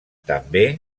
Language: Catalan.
també